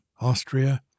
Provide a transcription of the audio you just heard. Austria